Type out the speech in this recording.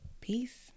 peace